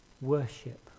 worship